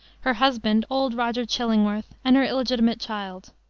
her husband, old roger chillingworth, and her illegitimate child.